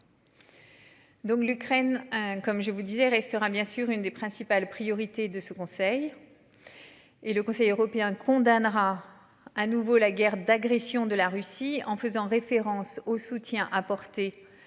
l'Ukraine hein comme je vous disais restera bien sûr une des principales priorités de ce conseil. Et le Conseil européen condamne rare à nouveau la guerre d'agression de la Russie en faisant référence au soutien apporté